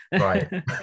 right